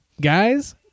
guys